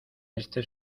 este